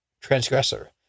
transgressor